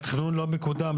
התכנון לא מקודם.